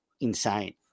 insane